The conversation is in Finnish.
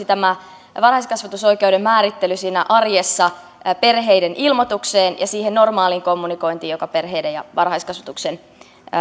tämä varhaiskasvatusoikeuden määrittely perustuisi siinä arjessa perheiden ilmoitukseen ja siihen normaaliin kommunikointiin joka perheiden ja varhaiskasvatuksen